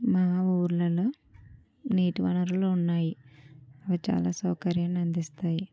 మా ఊర్లలలో నీటి వనరులు ఉన్నాయి అవి చాలా సౌకర్యాలను అందిస్తాయి